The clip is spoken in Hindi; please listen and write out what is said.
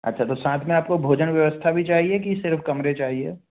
अच्छा तो साथ में आपको भोजन व्यवस्था भी चाहिए कि सिर्फ़ कमरे चाहिए